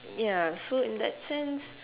ya so in that sense